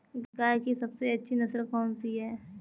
गाय की सबसे अच्छी नस्ल कौनसी है?